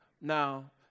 Now